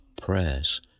prayers